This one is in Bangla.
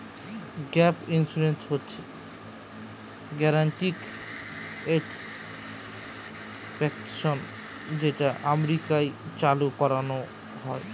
গ্যাপ ইন্সুরেন্স হচ্ছে গ্যারান্টিড এসেট প্রটেকশন যেটা আমেরিকায় চালু করানো হয়